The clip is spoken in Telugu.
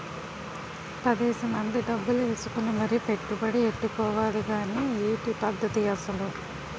పదేసి మంది డబ్బులు ఏసుకుని మరీ పెట్టుబడి ఎట్టుకోవాలి గానీ ఏటి ఈ పద్దతి అసలు?